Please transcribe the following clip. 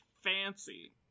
fancy